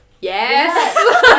Yes